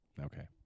Okay